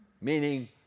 meaning